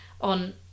on